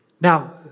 Now